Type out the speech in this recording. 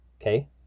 Okay